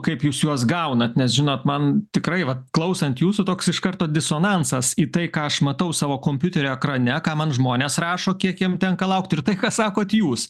kaip jūs juos gaunat nes žinot man tikrai vat klausant jūsų toks iš karto disonansas į tai ką aš matau savo kompiuterio ekrane ką man žmonės rašo kiek jiem tenka laukt ir tai ką sakot jūs